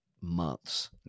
months